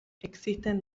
existen